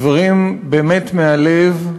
דברים באמת מהלב,